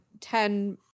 ten